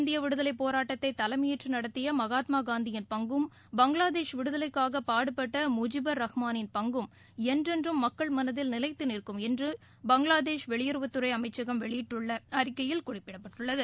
இந்திய விடுதலை போராட்டத்தை தலைமையேற்று நடத்திய மகாத்மா காந்தியின் பங்கும் பங்களாதேஷ் விடுதலைக்காக பாடுபட்ட முஜிபர் ரஹ்மானின் பங்கும் என்னேறும் மக்கள் மனதில் நிலைத்து நிற்கும் என்றும் பங்களாதேஷ் வெளியுறவுத்துறை அமைச்சகம் வெளியிட்டுள்ள அறிக்கையில் குறிப்பிட்டுள்ளது